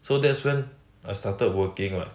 so that's when I started working what